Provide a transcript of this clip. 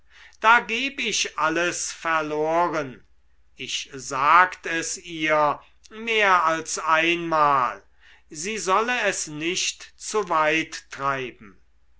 da geb ich alles verloren ich sagt es ihr mehr als einmal sie solle es nicht zu weit treiben